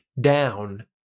down